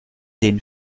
den